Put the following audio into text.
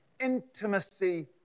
intimacy